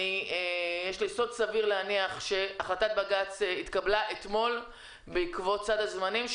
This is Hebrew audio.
יש לי יסוד סביר להניח שהחלטת בג"ץ התקבלה אתמול בעקבות סד הזמנים,